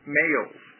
males